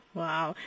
wow